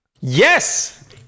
Yes